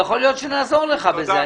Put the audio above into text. יכול להיות שנעזור לך בזה.